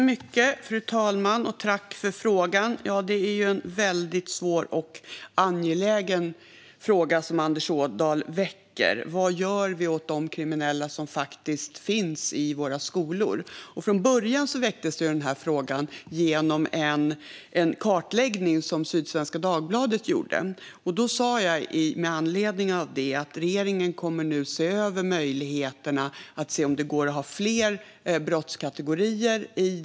Fru talman! Det är en väldigt svår och angelägen fråga som Anders Ådahl väcker. Vad gör vi åt de kriminella som faktiskt finns i skolorna? Från början väcktes den här frågan genom en kartläggning som Sydsvenska Dagbladet gjorde. Med anledning av den sa jag att regeringen kommer att se över möjligheterna att införa fler brottskategorier.